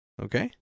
Okay